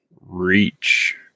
reach